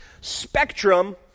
spectrum